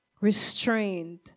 restrained